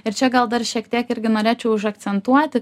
ir čia gal dar šiek tiek irgi norėčiau užakcentuoti